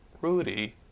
Rudy